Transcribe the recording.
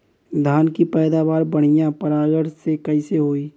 धान की पैदावार बढ़िया परागण से कईसे होई?